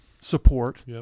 support